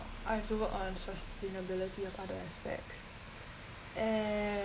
I have to work on sustainability of other aspects and